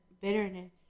bitterness